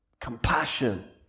Compassion